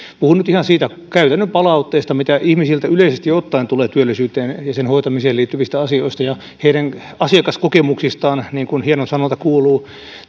ihan siitä käytännön palautteesta mitä ihmisiltä yleisesti ottaen tulee työllisyyteen ja sen hoitamiseen liittyvistä asioista ja heidän asiakaskokemuksistaan niin kuin hieno sanonta kuuluu